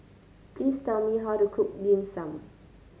please tell me how to cook Dim Sum